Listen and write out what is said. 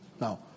Now